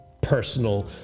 personal